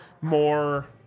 more